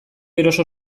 eroso